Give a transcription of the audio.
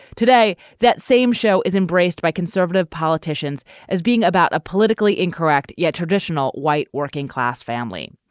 today that same show is embraced by conservative politicians as being about a politically incorrect yet traditional white working class family.